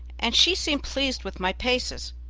and she seemed pleased with my paces.